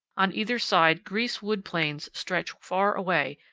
on either side grease-wood plains stretch far away,